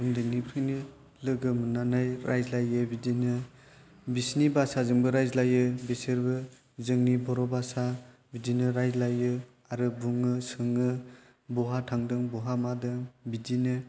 उन्दैनिफ्रायनो लोगो मोननानै रायज्लायो बिदिनो बिसोरनि भासाजोंबो रायज्लायो बिसोरबो जोंनि बर' भासा बिदिनो रायलायो आरो बुङो सोङो बहा थांदों बहा मादों बिदिनो